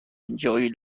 enjoy